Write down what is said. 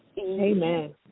Amen